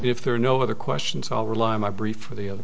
if there are no other questions i'll rely on my brief for the other